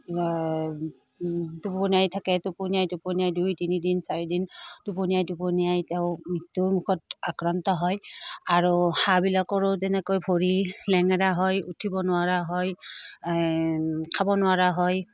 টোপনিয়াই থাকে টোপনিয়াই টোপনিয়াই দুই তিনিদিন চাৰিদিন টোপনিয়াই টোপনিয়াই তেওঁ মৃত্যুমুখত আক্ৰান্ত হয় আৰু হাঁহবিলাকৰো তেনেকৈ ভৰি লেঙেৰা হয় উঠিব নোৱাৰা হয় খাব নোৱাৰা হয়